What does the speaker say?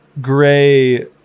gray